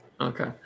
Okay